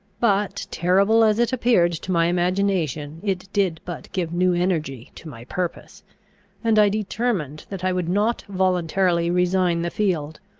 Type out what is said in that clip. but, terrible as it appeared to my imagination, it did but give new energy to my purpose and i determined that i would not voluntarily resign the field,